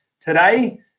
today